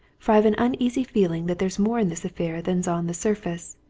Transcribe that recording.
for i've an uneasy feeling that there's more in this affair than's on the surface,